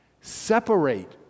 Separate